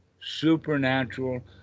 supernatural